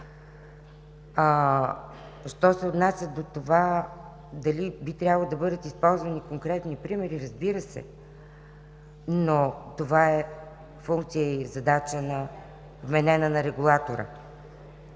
Що се отнася до това дали би трябвало да бъдат използвани конкретни примери – разбира се, но това е функция и задача, вменена на регулатора.